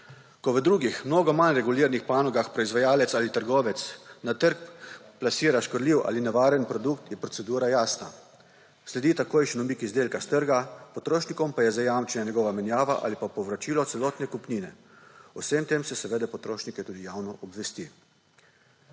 Ko v drugih, mnogo manj reguliranih panogah proizvajalec ali trgovec na trg plasira škodljiv ali nevaren produkt, je procedura jasna. Sledi takojšen umik izdelka s trga, potrošnikom pa je zajamčena njegova menjava ali pa povračilo celotne kupnine. O vsem tem se seveda potrošnike tudi javno obvesti.